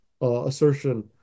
assertion